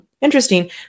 interesting